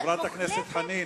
חברת הכנסת חנין,